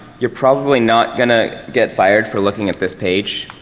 you're probably not going to get fired for looking at this page,